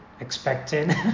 expected